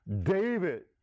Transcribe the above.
David